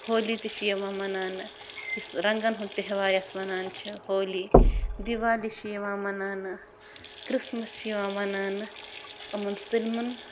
ہولی تہِ چھٕ یِوان مناو نہٕ یُس رنگن ہُنٛد تہوار چھِ ہولی دِوالی چھِ یِوان مناونہٕ کرسمِس چھُ یِوان مناونہٕ یِمن سٲلِمن